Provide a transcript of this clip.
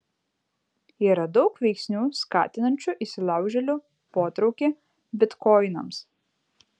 yra daug veiksnių skatinančių įsilaužėlių potraukį bitkoinams